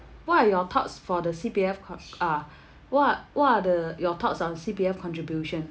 what are your thoughts for the C_P_F co~ uh what what are the your thoughts on C_P_F contribution